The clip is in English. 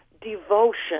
devotion